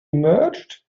emerged